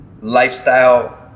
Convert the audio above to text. lifestyle